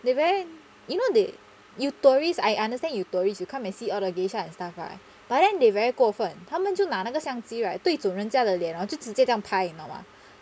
the very you know they you tourist I understand you tourist you come and see all the geisha and stuff lah but then they very 过分他们就拿那个相机 right 对住人家的脸然后就直接这样拍你懂吗